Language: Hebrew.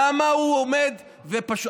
למה הוא עומד ופשוט,